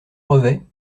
brevets